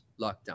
lockdown